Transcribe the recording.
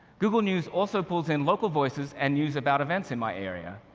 google news also pulls in local voices and news about events in my area.